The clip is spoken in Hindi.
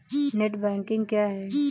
नेट बैंकिंग क्या है?